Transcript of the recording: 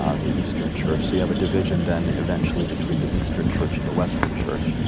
ah the eastern church. so you have a division, then, eventually, between the eastern church and the western church.